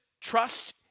trust